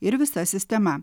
ir visa sistema